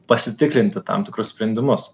pasitikrinti tam tikrus sprendimus